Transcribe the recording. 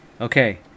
Okay